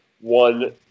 one